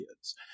kids